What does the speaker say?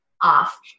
off